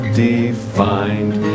defined